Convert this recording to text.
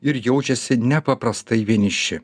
ir jaučiasi nepaprastai vieniši